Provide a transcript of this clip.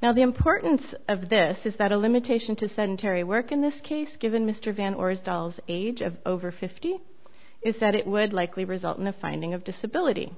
now the importance of this is that a limitation to send terry work in this case given mr van or is dials age of over fifty is that it would likely result in a finding of disability